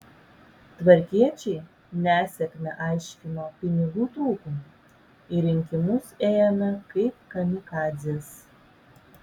tvarkiečiai nesėkmę aiškino pinigų trūkumu į rinkimus ėjome kaip kamikadzės